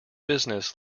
business